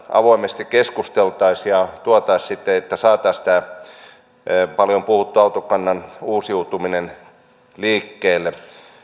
avoimesti keskusteltaisiin ja tuotaisiin niitä sitten esille että saataisiin tämä paljon puhuttu autokannan uusiutuminen liikkeelle